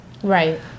Right